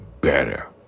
better